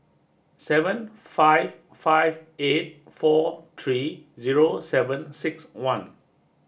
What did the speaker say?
seven five five eight four three zero seven six one